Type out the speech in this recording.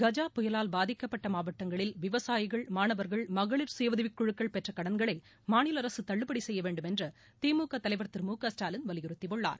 கஜ புயலால் பாதிக்கப்பட்ட மாவட்டங்களில் விவசாயிகள் மாணவர்கள் மகளிர் சுயஉதவிக் குழுக்கள் பெற்ற கடன்களை மாநில அரசு தள்ளுபடி செய்ய வேண்டும் என்று திமுக தலைவர் திரு மு க ஸ்டாலின் வலியுறுத்தியுள்ளார்